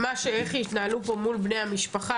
כי איך שהתנהלו פה מול בני המשפחה,